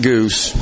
Goose